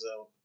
out